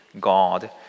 God